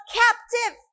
captive